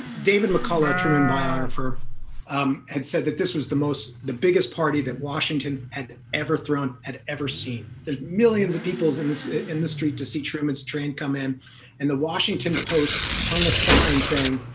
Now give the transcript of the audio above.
david mccullough truman biographer. um had said that this was the most the biggest party that washington had ever thrown had ever seen there's millions of people in this in the street to see truman's train come in and the washington post hung a sign saying,